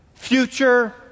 future